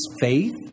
faith